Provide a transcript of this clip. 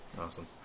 awesome